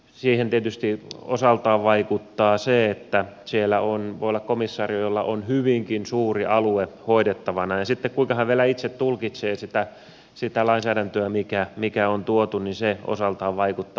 siihen tietysti osaltaan vaikuttaa se että siellä voi olla komisario jolla on hyvinkin suuri alue hoidettavana ja sitten se kuinka hän vielä itse tulkitsee sitä lainsäädäntöä mikä on tuotu osaltaan vaikuttaa